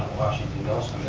washington mills,